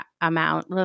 amount